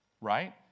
right